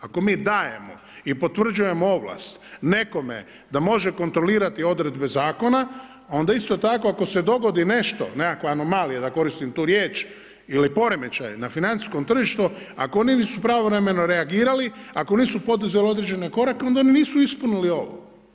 Ako mi dajemo i potvrđujemo ovlast nekome da može kontrolirati odredbe zakona, onda isto tako ako se dogodi nešto, nekakva anomalija da koristim tu riječ ili poremećaj na financijskom tržištu, ako oni nisu pravovremeno reagirali, ako nisu poduzeli određene korake onda oni nisu ispunili ovo.